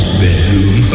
bedroom